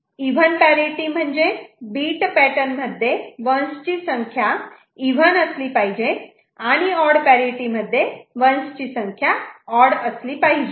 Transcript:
even parity म्हणजे bit pattern मध्ये 1's ची संख्या असली पाहिजे आणि ऑड पॅरिटि मध्ये 1's ची संख्या ऑड असली पाहिजे